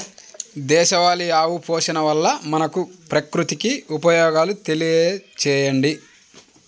దేశవాళీ ఆవు పోషణ వల్ల మనకు, ప్రకృతికి ఉపయోగాలు తెలియచేయండి?